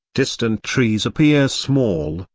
distant trees appear small,